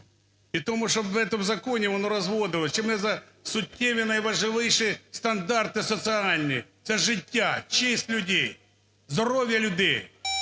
І тому, чтоб в этом законе воно розводилось, чи ми за суттєві найважливіші стандарти соціальні? Це життя, честь людей, здоров'я людей.